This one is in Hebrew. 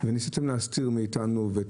וניסיתם להסתיר מאתנו.